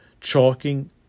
chalking